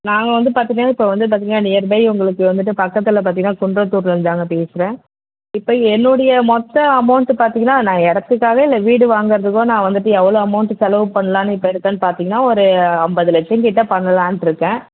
நாங்கள் வந்து பார்த்தீங்கன்னா இப்போ வந்து பார்த்தீங்கன்னா நியர்பை உங்களுக்கு வந்துட்டு பக்கத்தில் பார்த்தீங்கன்னா குன்றத்தூரில் இருந்துதாங்க பேசுகிறேன் இப்போ என்னுடைய மொத்த அமௌண்ட்டு பார்த்தீங்கன்னா நான் இடத்துக்காகவே இந்த வீடு வாங்குறதுக்கும் நான் வந்துட்டு எவ்வளோ அமௌண்ட் செலவு பண்ணலான்னு இப்போ இருக்கேன்னு பார்த்தீங்கன்னா ஒரு ஐம்பது லட்சம் கிட்ட பண்ணலான்னிருக்கேன்